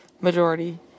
majority